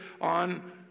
on